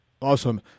Awesome